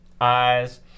eyes